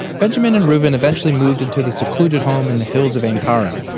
benjamin and reuven eventually moved into the secluded home in the hills of ein kerem,